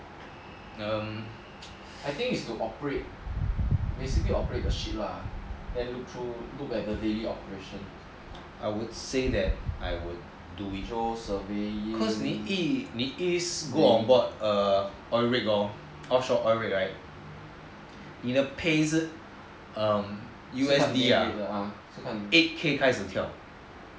um I think is to operate basically operate ships lah and look through like the daily operations I would say that I will do it cause 你一 go on board oil rig lor offshore oil rig right 你的 pay 是 U_S_D eight K 开始跳